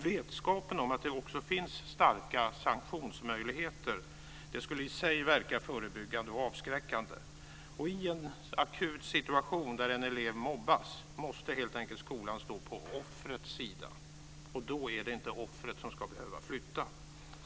Vetskapen om att det finns starka sanktionsmöjligheter skulle i sig verka förebyggande och avskräckande. I en akut situation där en elev mobbas måste skolan helt enkelt stå på offrets sida. Då är det inte offret som ska behöva flytta.